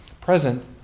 Present